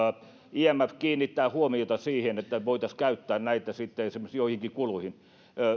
imf kiinnittää huomiota siihen että voitaisiin käyttää näitä sitten esimerkiksi joihinkin kuluihin